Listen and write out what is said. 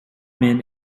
men